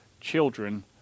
children